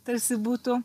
tarsi būtų